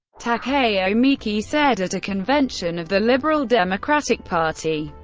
takeo miki, said at a convention of the liberal democratic party,